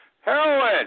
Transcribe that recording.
heroin